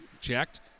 Checked